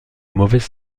mauvaise